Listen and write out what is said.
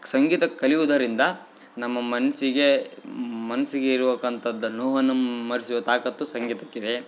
ಸಂಗೀತ ಕಲಿಯುದರಿಂದ ನಮ್ಮ ಮನಸ್ಸಿಗೆ ಮನಸ್ಸಿಗೆ ಇರುವಕಂಥದ್ದನ್ನು ನೋವನ್ನು ಮರ್ಸುವ ತಾಕತ್ತು ಸಂಗೀತಕ್ಕಿದೆ